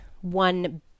one